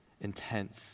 intense